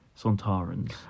Sontarans